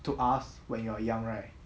to ask when you are young right